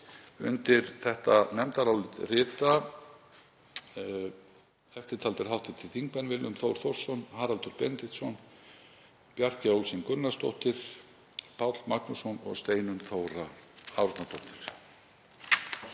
Undir þetta nefndarálit rita eftirtaldir hv. þingmenn: Willum Þór Þórsson, Haraldur Benediktsson, Bjarkey Olsen Gunnarsdóttir, Páll Magnússon og Steinunn Þóra Árnadóttir.